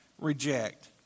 reject